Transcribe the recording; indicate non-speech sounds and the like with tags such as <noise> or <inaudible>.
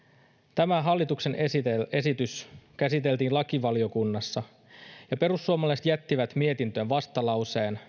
tämä hallituksen esitys esitys käsiteltiin lakivaliokunnassa ja perussuomalaiset jättivät mietintöön vastalauseen <unintelligible>